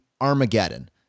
Armageddon